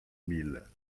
mille